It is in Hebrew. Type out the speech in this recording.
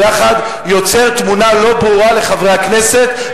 ביחד יוצרים תמונה לא ברורה לחברי הכנסת,